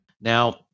Now